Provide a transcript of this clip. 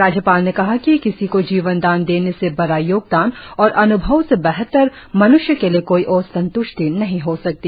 राज्यपाल ने कहा कि किसी को जीवनदान देने से बड़ा योगदान और अन्भाव से बेहतर मन्ष्य के लिए कोई और संत्रष्टि नही हो सकती